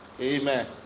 Amen